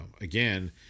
again